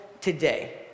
today